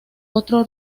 otro